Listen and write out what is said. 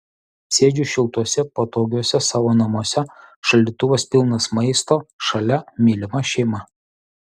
sėdžiu šiltuose patogiuose savo namuose šaldytuvas pilnas maisto šalia mylima šeima